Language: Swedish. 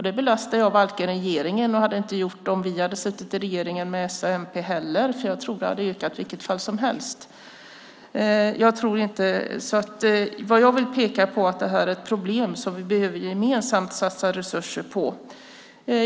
Det lastar jag inte regeringen för, och det hade jag inte gjort om vi hade suttit i regeringen med s och mp heller, för jag tror att det hade ökat i vilket fall som helst. Jag vill peka på att det här är ett problem som vi gemensamt behöver satsa resurser på.